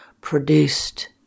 produced